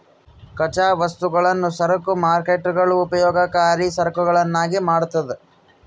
ಕಚ್ಚಾ ವಸ್ತುಗಳನ್ನು ಸರಕು ಮಾರ್ಕೇಟ್ಗುಳು ಉಪಯೋಗಕರಿ ಸರಕುಗಳನ್ನಾಗಿ ಮಾಡ್ತದ